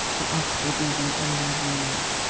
the oxford movement, otherwise known as